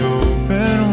open